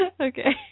Okay